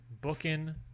Booking